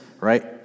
Right